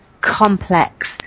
complex